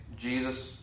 Jesus